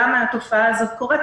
למה התופעה הזאת קורית,